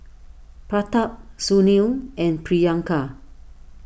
Pratap Sunil and Priyanka